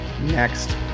next